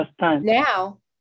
Now